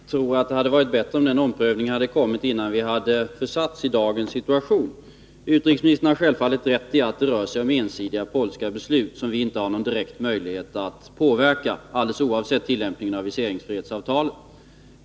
Herr talman! Jag tror att det hade varit bättre om den omprövningen hade gjorts innan vi försatts i den situation vi har i dag. Utrikesministern har självfallet rätt i att det rör sig om ensidiga polska beslut, som vi inte har någon direkt möjlighet att påverka, alldeles oavsett tillämpningen av viseringsfrihetsavtalet.